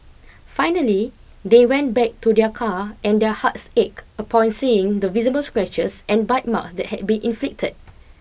finally they went back to their car and their hearts ache upon seeing the visible scratches and bite mark that had been inflicted